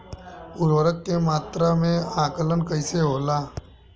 उर्वरक के मात्रा में आकलन कईसे होला?